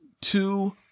Two